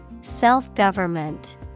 Self-government